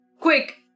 quick